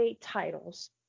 titles